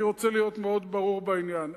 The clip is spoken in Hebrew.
אני רוצה להיות מאוד ברור בעניין.